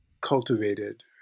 cultivated